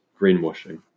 greenwashing